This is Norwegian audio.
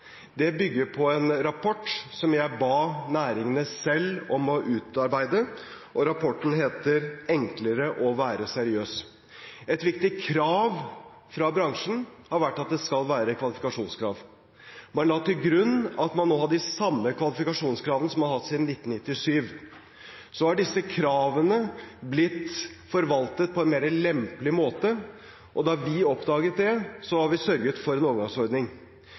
Det bygger på en rapport som jeg ba næringene selv om å utarbeide. Rapporten heter: Enklere å være seriøs. Et viktig krav fra bransjen har vært at det skal være kvalifikasjonskrav. Man la til grunn at man nå hadde de samme kvalifikasjonskravene som man har hatt siden 1997. Så har disse kravene blitt forvaltet på en mer lempelig måte. Da vi oppdaget det, sørget vi for en overgangsordning.